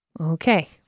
Okay